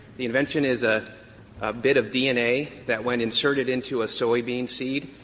the invention is ah a bit of dna that, when and asserted into a soy bean seed,